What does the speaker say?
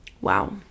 wow